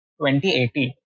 2080